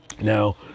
now